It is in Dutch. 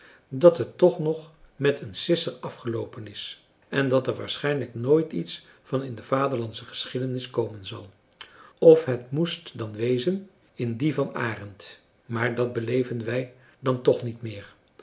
dat het toch nog met een sisser afgeloopen is en dat er waarschijnlijk nooit iets van in de vaderlandsche geschiedenis komen zal of het moest dan wezen in die van arend maar dat beleven wij dan toch niet meer